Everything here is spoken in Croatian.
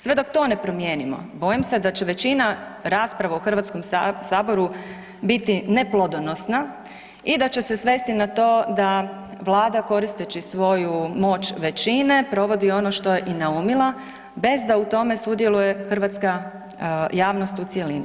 Sve dok to ne promijenimo, bojim se da će većina rasprava u HS-u biti neplodonosna i da će se svesti na to da Vlada koristeći svoju moć većine, provodi ono što je naumila, bez da u tome sudjeluje hrvatska javnost u cjelini.